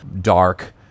dark